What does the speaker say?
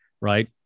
right